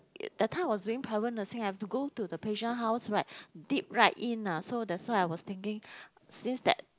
that time I was doing private nursing have to go to the patient house right deep right in ah so that's why I was thinking since that